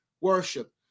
worship